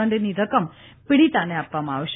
દંડની રકમ પીડીતાને આપવામાં આવશે